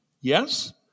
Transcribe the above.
Yes